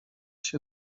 się